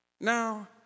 Now